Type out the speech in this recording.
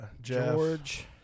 George